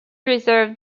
reserved